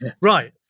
Right